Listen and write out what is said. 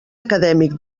acadèmic